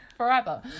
forever